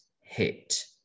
hit